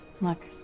Look